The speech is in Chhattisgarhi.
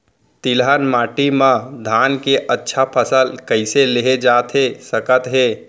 तिलहन माटी मा धान के अच्छा फसल कइसे लेहे जाथे सकत हे?